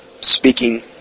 Speaking